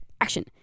Action